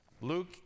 Luke